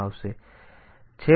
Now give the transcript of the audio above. તેથી આ રીતે તે ચાલે છે